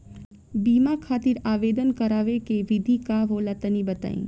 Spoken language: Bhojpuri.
बीमा खातिर आवेदन करावे के विधि का होला तनि बताईं?